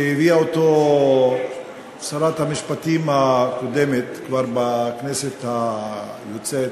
שהביאה שרת המשפטים הקודמת כבר בכנסת היוצאת,